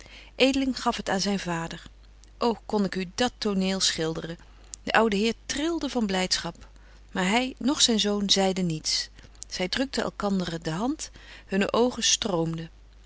gaf het aan zyn vader ô kon ik u dat toneel schilderen de oude heer trilde van blydschap maar hy noch zyn zoon zeiden niets zy drukten elkanderen de hand hunne oogen stroomden